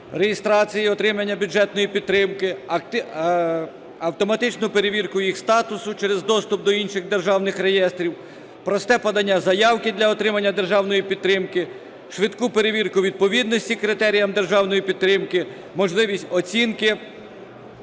реєстрації отримання бюджетної підтримки, автоматичну перевірку їх статусу через доступ до інших державних реєстрів, просте подання заявки для отримання державної підтримки, швидку перевірку відповідності критеріям державної підтримки, можливість оцінки.